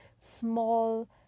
small